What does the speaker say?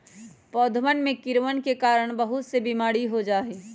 पौधवन में कीड़वन के कारण बहुत से बीमारी हो जाहई